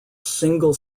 single